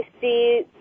see